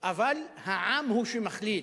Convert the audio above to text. אבל העם הוא שמחליט.